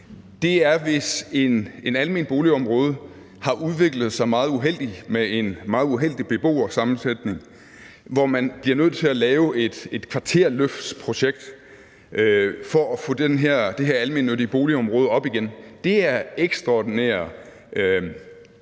Det er, hvis et alment boligområde har udviklet sig meget uheldigt med en meget uheldig beboersammensætning, hvor man bliver nødt til at lave et kvarterløftsprojekt for at få det her almennyttige boligområde op igen. Det er ekstraordinære